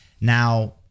Now